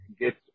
get